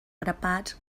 grapats